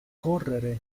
correre